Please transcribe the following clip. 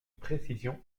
précision